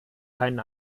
keinen